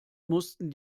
mussten